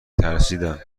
ترسیدم